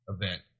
event